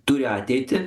turi ateitį